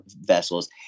vessels